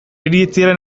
iritziaren